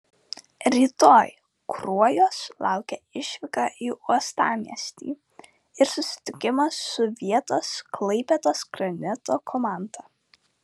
rytoj kruojos laukia išvyka į uostamiestį ir susitikimas su vietos klaipėdos granito komanda